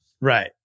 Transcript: Right